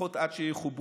לפחות עד שיחוברו.